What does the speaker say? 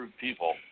people